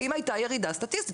האם הייתה ירידה סטטיסטית?